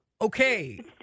Okay